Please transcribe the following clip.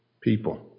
people